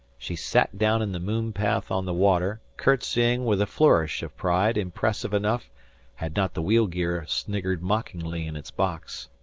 she sat down in the moon-path on the water, courtesying with a flourish of pride impressive enough had not the wheel-gear sniggered mockingly in its box.